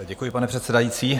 Děkuji, pane předsedající.